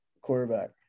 quarterback